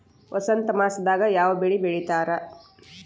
ವಸಂತ ಮಾಸದಾಗ್ ಯಾವ ಬೆಳಿ ಬೆಳಿತಾರ?